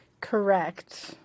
Correct